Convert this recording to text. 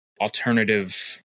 alternative